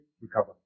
recover